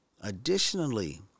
Additionally